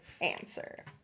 answer